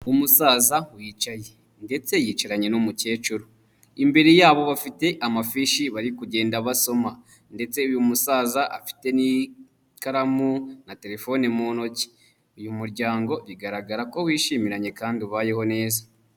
Umusaza wicaye ndetse yicaranye n'umukecuru, imbere yabo bafite amafishi bari kugenda basoma ndetse uyu musaza afite n'ikaramu na terefone mu ntoki, uyu muryango bigaragara ko wishimiranye kandi ubayeho neza.